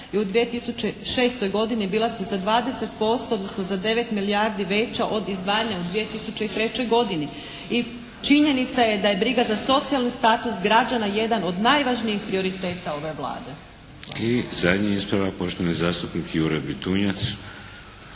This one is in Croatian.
i u 2006. godini bila su za 20%, odnosno za 9 milijardi veća od izdvajanja u 2003. godini i činjenica je da je briga za socijalni status građana jedan od najvažnijih prioriteta ove Vlade. **Šeks, Vladimir (HDZ)** I zadnji ispravak, poštovani zastupnik Jure Bitunjac.